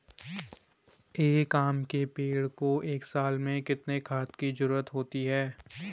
एक आम के पेड़ को एक साल में कितने खाद की जरूरत होती है?